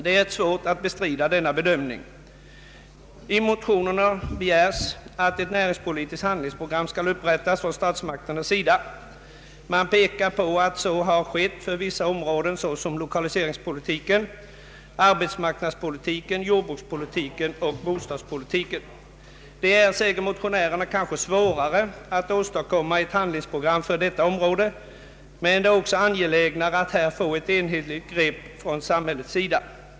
Det är svårt att bestrida denna bedömning. I motionerna begärs att ett näringspolitiskt handlingsprogram skall upprättas från statsmakternas sida. Motionärerna pekar på att så skett för vissa områden, såsom lokaliseringspolitiken, arbetsmarknadspolitiken, jordbrukspolitiken och bostadspolitiken. Det är, säger motionärerna, kanske svårare att åstadkomma ett handlingsprogram för detta område, men det är också mer angeläget att här få ett enhetligt grepp från samhällets sida.